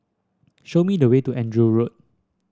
show me the way to Andrew Road